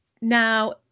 Now